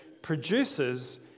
Produces